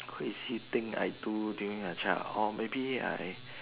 crazy thing I do during a child or maybe I